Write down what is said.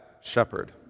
shepherd